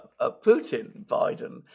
Putin-Biden